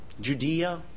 Judea